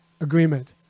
agreement